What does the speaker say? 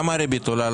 למה הריבית עולה?